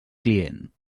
client